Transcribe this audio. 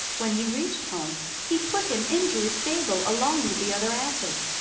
when he reached home, he put him into his stable along with the other asses.